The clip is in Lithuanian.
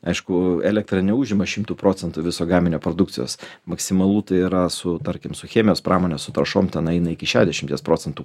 aišku elektra neužima šimtu procentu viso gaminio produkcijos maksimalu tai yra su tarkim su chemijos pramone su trašom ten eina iki šešiasdešimties procentų